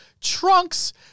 Trunks